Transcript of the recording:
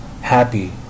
happy